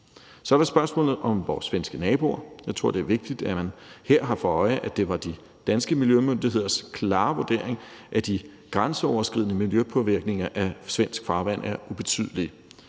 Så er der spørgsmålet om vores svenske naboer. Jeg tror, det er vigtigt, at man her har for øje, at det var de danske miljømyndigheders klare vurdering, at de grænseoverskridende miljøpåvirkninger af svensk farvand er ubetydelige.